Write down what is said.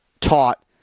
taught